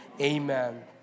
Amen